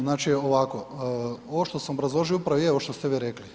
Znači ovako, ovo što sam obrazložio, upravo je ovo što ste vi rekli.